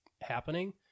happening